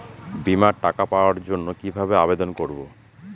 বিমার টাকা পাওয়ার জন্য কিভাবে আবেদন করব?